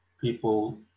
people